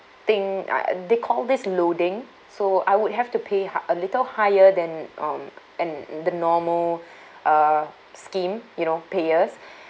thing uh they call this loading so I would have to pay hi~ a little higher than um an the normal uh scheme you know payers